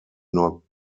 not